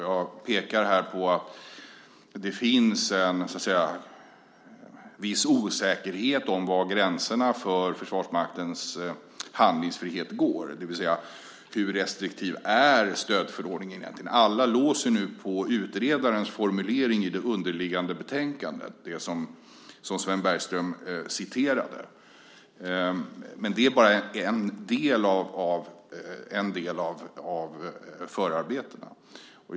Jag pekar här på att det finns en viss osäkerhet om var gränserna för Försvarsmaktens handlingsfrihet går, det vill säga om hur restriktiv stödförordningen egentligen är. Alla låser sig nu vid utredarens formulering i det underliggande betänkandet, som Sven Bergström citerade, men det är bara en del av förarbetena.